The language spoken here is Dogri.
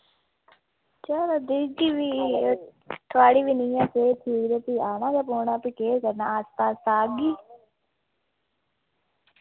चलो दिक्खगी फ्ही थुआढ़ी बी नि ऐ सेह्त ठीक ते फ्ही आना गै पौना फ्ही केह् करना आस्ता आस्ता आगी